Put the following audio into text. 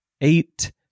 eight